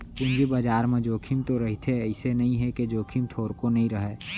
पूंजी बजार म जोखिम तो रहिथे अइसे नइ हे के जोखिम थोरको नइ रहय